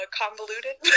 convoluted